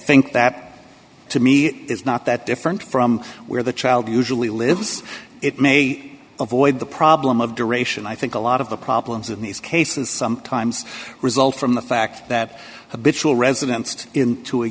think that to me is not that different from where the child usually lives it may avoid the problem of duration i think a lot of the problems in these cases sometimes result from the fact that